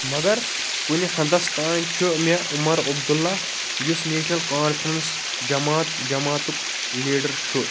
مگر کُنہِ حدس تانۍ چھُ مےٚ عُمر عبدُ االلہ یُس نیشنل کانفرنٕس جماعت جماژُک لیٖڈر چھُ